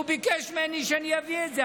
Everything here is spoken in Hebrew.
והוא ביקש ממני שאני אביא את זה.